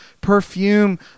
perfume